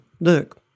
Look